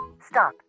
Stop